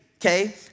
okay